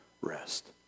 rest